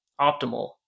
optimal